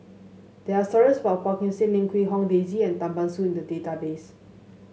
there are stories about Phua Kin Siang Lim Quee Hong Daisy and Tan Ban Soon in the database